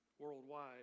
worldwide